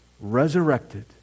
resurrected